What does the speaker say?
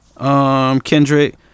Kendrick